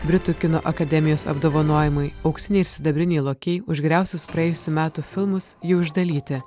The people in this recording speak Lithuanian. britų kino akademijos apdovanojimai auksiniai sidabriniai lokiai už geriausius praėjusių metų filmus jau išdalyti